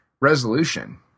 resolution